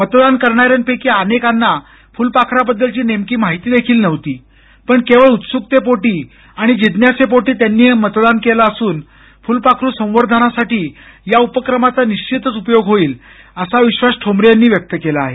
मतदान करणाऱ्यांपैकी अनेकांना फ्लपाखराबद्दलची नेमकी माहिती देखील नव्हती पण केवळ उत्स्कतेपोटी आणि जिज्ञासेपोटी त्यांनी हे मतदान केलं असून फुलपाखरू संवर्धनासाठी या उपक्रमाचा निश्वितच उपयोग होईल असा विक्षास ठोंबरे यांनी व्यक्त केला आहे